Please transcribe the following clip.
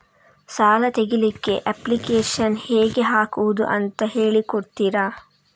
ಸಾಲ ತೆಗಿಲಿಕ್ಕೆ ಅಪ್ಲಿಕೇಶನ್ ಹೇಗೆ ಹಾಕುದು ಅಂತ ಹೇಳಿಕೊಡ್ತೀರಾ?